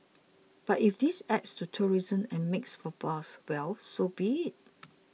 but if this adds to tourism and makes for buzz well so be it